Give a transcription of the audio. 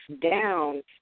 down